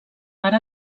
ara